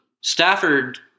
Stafford